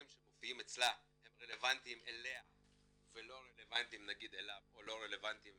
שמופיעים אצלה הם רלבנטיים לה ולא רלבנטיים אליו או לא רלבנטיים